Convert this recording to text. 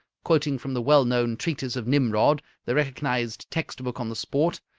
quoting from the well-known treatise of nimrod, the recognized text-book on the sport,